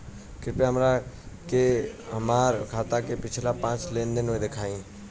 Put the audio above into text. कृपया हमरा के हमार खाता के पिछला पांच लेनदेन देखाईं